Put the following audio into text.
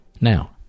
Now